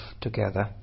together